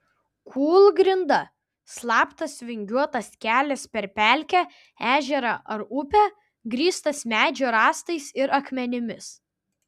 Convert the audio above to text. kūlgrinda slaptas vingiuotas kelias per pelkę ežerą ar upę grįstas medžio rąstais ir akmenimis